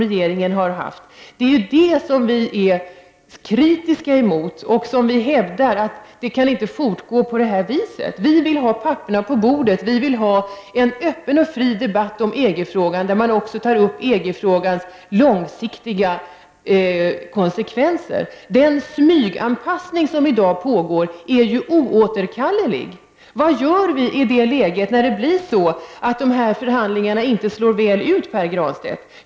Det är det vi är kritiska mot. Vi hävdar att det inte kan fortgå på detta vis. Vi vill ha papperen på bordet. Vi vill ha en öppen och fri debatt om EG-frågan, där man också tar upp dess långsiktiga konsekvenser. Den smyganpassning som i dag pågår är ju oåterkallelig. Vad gör vi när dessa förhandlingar inte slår väl ut, Pär Granstedt?